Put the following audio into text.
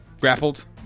grappled